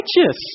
Righteous